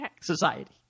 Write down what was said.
society